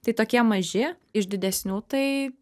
tai tokie maži iš didesnių tai